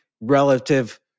relative